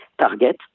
target